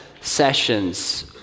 sessions